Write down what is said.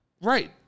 Right